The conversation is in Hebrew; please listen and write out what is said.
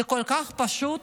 זה כל כך פשוט